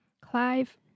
Clive